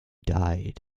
died